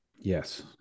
yes